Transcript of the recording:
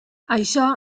això